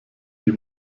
die